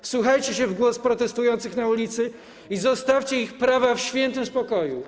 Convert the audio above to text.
Wsłuchajcie się w głos protestujących na ulicy i zostawcie ich prawa w świętym spokoju.